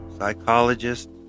psychologist